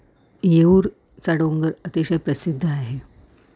येऊरचा डोंगर अतिशय प्रसिद्ध आहे